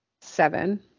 Seven